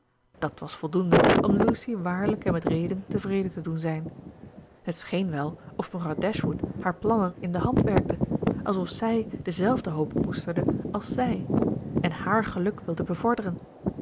dat was voldoende om lucy waarlijk en met reden tevreden te doen zijn het scheen wel of mevrouw dashwood haar plannen in de hand werkte alsof zij dezelfde hoop koesterde als zij en hààr geluk wilde bevorderen